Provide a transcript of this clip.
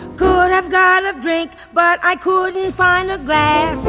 good. i've got a drink but i couldn't find a glass.